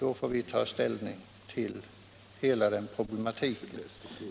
Då får vi ta ställning till hela problematiken,